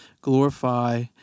glorify